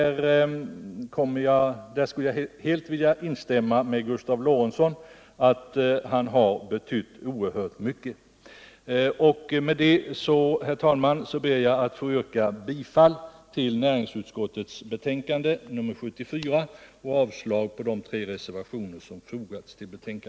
Med dessa ord, herr talman, ber jag att få yrka bifall till näringsutskottets hemställan i betänkandet 74 och avslag på de reservationer som fogats till detta.